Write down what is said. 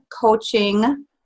coaching